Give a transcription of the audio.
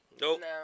Nope